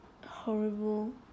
horrible